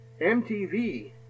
MTV